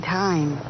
time